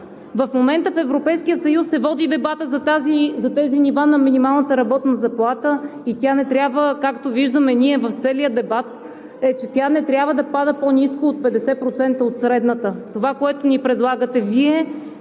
В момента в Европейския съюз се води дебатът за тези нива на минималната работна заплата и от целия дебат виждаме, че тя не трябва да пада по-ниско от 50% от средната. Това, което ни предлагате Вие, е